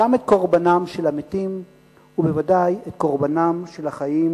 גם את קורבנם של המתים ובוודאי את קורבנם של החיים,